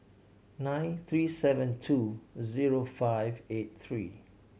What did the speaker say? nine three seven two zero five eight three